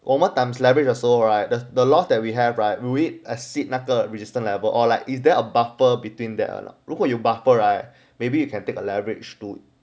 我们 times leverage 的时候 right the the loss right will we exceed 那个 resistant level or like is there a buffer between that or not 如果有 buffer right maybe you can take a leverage two